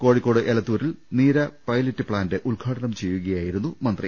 കോഴിക്കോട് എലത്തൂരിൽ നീര pilot plant ഉദ്ഘാടനം ചെയ്യുകയാ യിരുന്നു മന്ത്രി